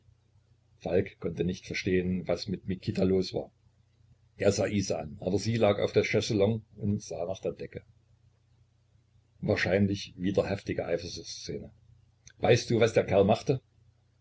falk konnte nicht verstehen was mit mikita los war er sah isa an aber sie lag auf der chaiselongue und sah nach der decke wahrscheinlich wieder heftige eifersuchtsszene weißt du was der kerl machte